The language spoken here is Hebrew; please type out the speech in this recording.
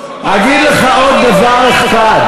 זה לא נכון.